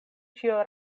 ĉio